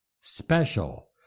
special